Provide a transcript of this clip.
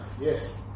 yes